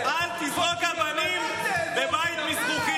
פתאום הסכמתם להכיל,